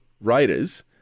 Raiders